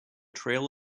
trail